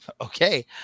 Okay